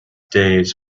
days